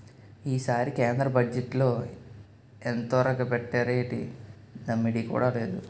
ఈసారి కేంద్ర బజ్జెట్లో ఎంతొరగబెట్టేరేటి దమ్మిడీ కూడా లేదు